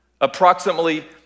Approximately